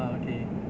uh okay